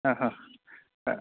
ആഹാ അ